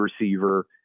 receiver